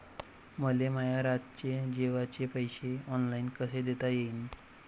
मले माया रातचे जेवाचे पैसे ऑनलाईन कसे देता येईन?